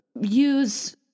use